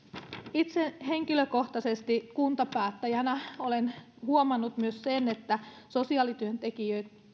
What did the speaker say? itse henkilökohtaisesti kuntapäättäjänä olen huomannut myös sen että sosiaalityöntekijöitä